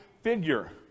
figure